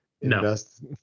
invest